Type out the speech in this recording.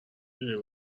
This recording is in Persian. دونی